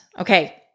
Okay